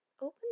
open